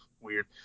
weird